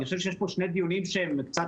אני חושב שיש פה שני דיונים שהם קצת